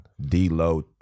D-Load